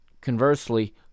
conversely